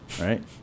right